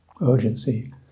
Urgency